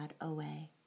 away